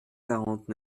quarante